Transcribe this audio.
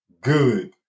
good